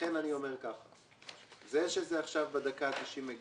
לכן אני אומר שהעובדה שזה מגיע אלינו עכשיו בדקה ה-90,